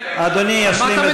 אדוני ישלים את דבריו.